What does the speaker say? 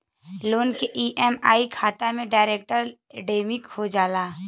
loan क EMI खाता से डायरेक्ट डेबिट हो जाला